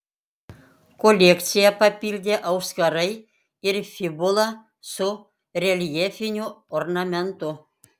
kolekciją papildė auskarai ir fibula su reljefiniu ornamentu